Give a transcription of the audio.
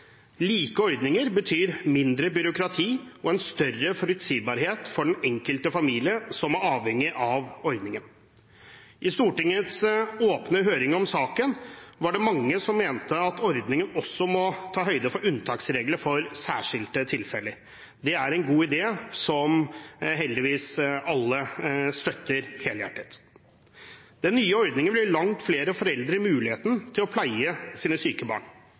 Like ordninger betyr mindre byråkrati og en større forutsigbarhet for den enkelte familie som er avhengig av ordningen. I Stortingets åpne høring om saken var det mange som mente at ordningen også må ta høyde for unntaksregler i særskilte tilfeller. Det er en god idé, som heldigvis alle støtter helhjertet. Den nye ordningen vil gi langt flere foreldre muligheten til å pleie sine syke barn.